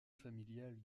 familiale